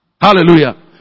Hallelujah